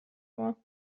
vor